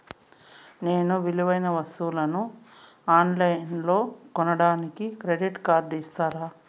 నేను విలువైన వస్తువులను ఆన్ లైన్లో కొనడానికి క్రెడిట్ కార్డు ఇస్తారా?